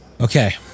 Okay